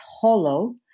hollow